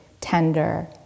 tender